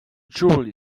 jewelry